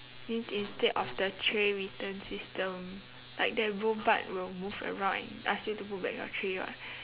means instead of the tray return system like that robot will move around and ask you to put back your tray [what]